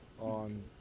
on